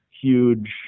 huge